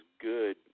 good